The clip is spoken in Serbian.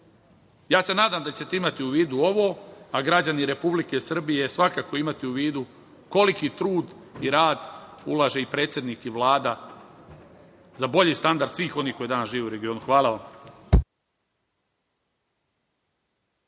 se nadam da ćete imati u vidu ovo, a građani Republike Srbije će svakako imati u vidu koliki trud i rad ulaže i predsednik i Vlada za bolji standard svih onih koji danas žive u regionu. Hvala vam.